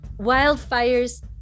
wildfires